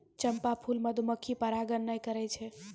चंपा फूल मधुमक्खी परागण नै करै छै